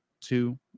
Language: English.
two